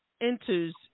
enters